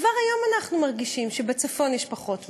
כבר היום אנחנו מרגישים שבצפון יש פחות מים.